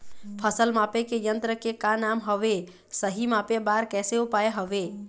फसल मापे के यन्त्र के का नाम हवे, सही मापे बार कैसे उपाय हवे?